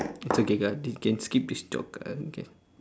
it's okay ka this can skip this joke uh okay